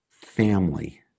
family